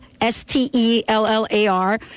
s-t-e-l-l-a-r